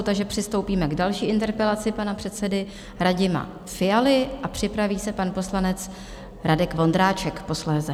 Takže přistoupíme k další interpelaci pana předsedy Radima Fialy a připraví se pan poslanec Radek Vondráček posléze.